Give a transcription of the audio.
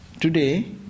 today